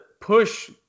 push –